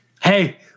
hey